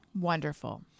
Wonderful